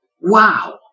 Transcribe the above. Wow